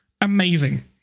amazing